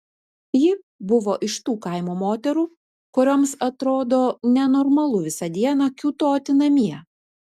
ji buvo iš tų kaimo moterų kurioms atrodo nenormalu visą dieną kiūtoti namie